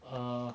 err